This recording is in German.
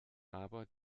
aber